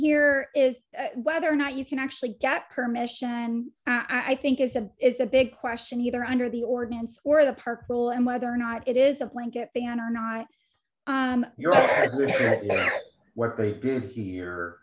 here is whether or not you can actually get permission and i think it's a it's a big question either under the ordinance or the park will and whether or not it is a blanket ban or not your what they did here